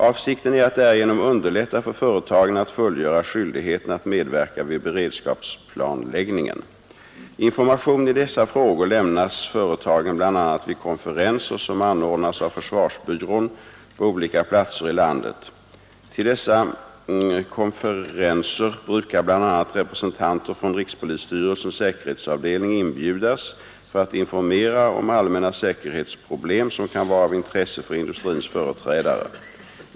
Avsikten är att därigenom underlätta för företagen att fullgöra skyldigheten att medverka vid beredskapsplanläggningen. Information i dessa frågor lämnas företagen bl.a. vid konferenser som anordnas av försvarsbyrån på olika platser i landet. Till dessa konferenser brukar bl.a. representanter från rikspolisstyrelsens säkerhetsavdelning inbjudas för att informera om aktuella säkerhetsproblem som kan vara av intresse för industrins företrädare.